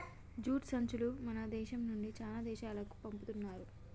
jute సంచులు మన దేశం నుండి చానా దేశాలకు పంపుతున్నారు